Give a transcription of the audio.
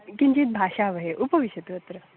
किञ्चित् भाषावहे उपविशतु अत्र